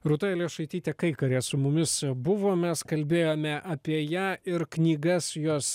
rūta elijošaitytė kaikarė su mumis buvo mes kalbėjome apie ją ir knygas jos